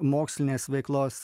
mokslinės veiklos